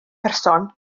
person